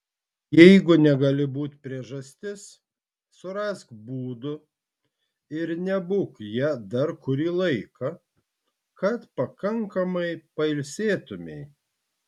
jeigu negali būti priežastis surask būdų ir nebūk ja dar kurį laiką kad pakankamai pailsėtumei